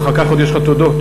אחר כך יש עוד תודות.